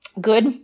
good